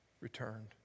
returned